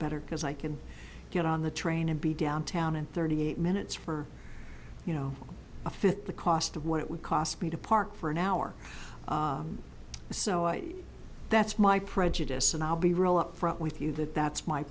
better because i can get on the train and be downtown in thirty eight minutes for you know a fifth the cost of what it would cost me to park for an hour so that's my prejudice and i'll be roll up front with you that that's my